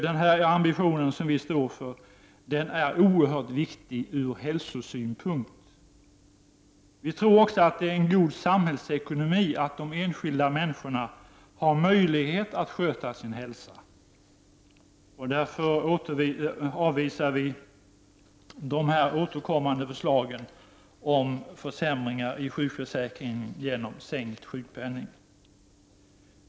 Denna ambition, som vi står för, är oerhört viktig ur hälsosynpunkt. Vi tror också att det är en god samhällsekonomi att de enskilda människorna har möjlighet att sköta sin hälsa. Därför avvisar vi de här återkommande förslagen om försämringar i sjukförsäkringen genom sänkt sjukpenning.